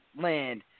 land